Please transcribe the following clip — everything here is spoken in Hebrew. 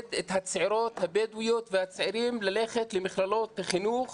לעודד את הצעירות הבדואיות והצעירים ללכת למכללות לחינוך